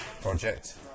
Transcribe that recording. project